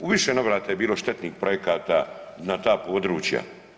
U više navrata je bilo štetnih projekata na ta područja.